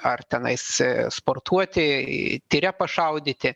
ar tenais sportuoti tire pašaudyti